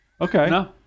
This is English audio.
Okay